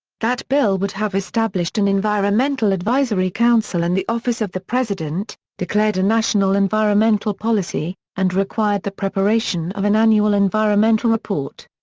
that bill would have established an environmental advisory counsel in and the office of the president, declared a national environmental policy, and required the preparation of an annual environmental report.